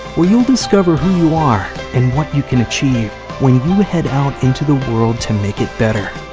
where you will discover who you are and what you can achieve when you head out into the world to make it better.